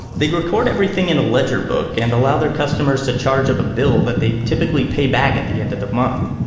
they'd record everything in a ledger book and allow their customers to charge up a bill that they'd typically pay back at the end of the month.